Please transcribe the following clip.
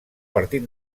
partit